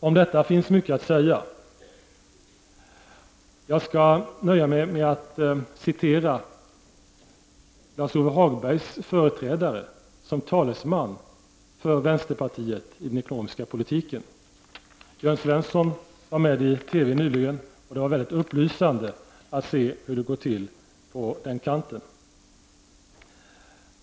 Om detta finns det mycket att säga, men jag skall nöja mig med att citera Lars-Ove Hagbergs företrädare som talesman för vänsterpartiet i frågor om den ekonomiska politiken. Jörn Svensson var med i TV nyligen, och det var mycket upplysande att få höra hur det går till på den kanten.